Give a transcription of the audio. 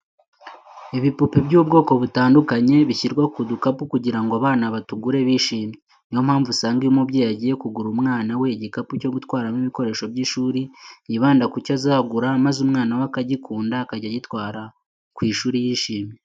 Ibipupe by'ubwoko butandukanye bishyirwa ku dukapu kugira ngo abana batugure bishimye. Ni yo mpamvu usanga iyo umubyeyi agiye kugurira umwana we igikapu cyo gutwaramo ibikoresho by'ishuri, yibanda ku cyo azagura maze umwana we akagikunda akajya agitwara ku ishuri yishimye.